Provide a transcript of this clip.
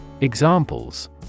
Examples